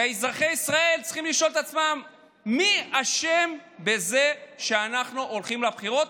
ואזרחי ישראל צריכים לשאול את עצמם מי אשם בזה שאנחנו הולכים לבחירות,